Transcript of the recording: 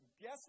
Guess